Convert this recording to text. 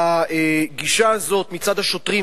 שהגישה הזאת מצד השוטרים,